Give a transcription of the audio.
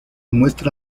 muestra